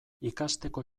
ikasteko